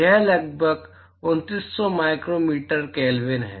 यह लगभग 2900 micro metre kelvin है